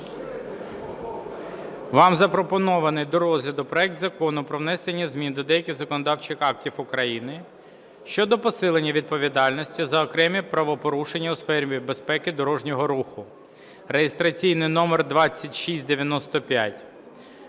Вам запропонований до розгляду проект Закону про внесення змін до деяких законодавчих актів України щодо посилення відповідальності за окремі правопорушення у сфері безпеки дорожнього руху (реєстраційний номер 2695).